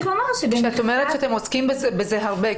כשאת אומרת שאתם עוסקים בזה הרבה,